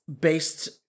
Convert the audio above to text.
based